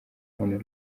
hon